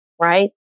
right